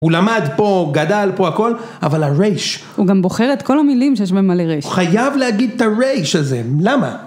הוא למד פה, גדל פה הכל, אבל הרייש. הוא גם בוחר את כל המילים שיש בהם מלא רייש. חייב להגיד את הרייש הזה, למה?